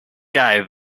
guy